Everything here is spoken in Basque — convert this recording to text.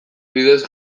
bidez